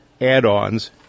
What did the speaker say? add-ons